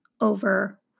over